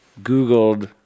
Googled